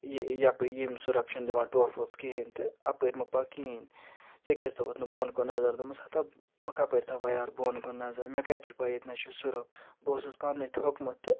یہِ یَپٲرۍ یِم سۄرَف چھِنہٕ دِوان ٹۄپھ وۄپھ کِہیٖنۍ تہٕ اَپٲرۍ مہٕ پَکھ کِہیٖنۍ ژےٚ کیٛازِ تھٲوٕتھ نہٕ بۄن کُن نظر دوٚپمَس ہَتَہ بہٕ کپٲرۍ تھاوہا یارٕ بۄن کُن نظر مےٚ کَتہِ چھِ پَے ییٚتہِ نَس چھُ سۄرُف بہٕ اوسُس پنٛنُے تھوٚکمُت تہٕ